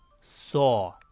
saw